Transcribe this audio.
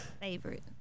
Favorite